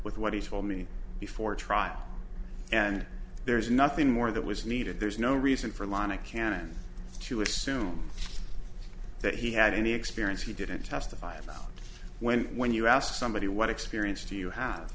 with what he told me before trial and there's nothing more that was needed there's no reason for law nick cannon to assume that he had any experience he didn't testify about when when you ask somebody what experience do you have